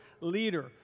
leader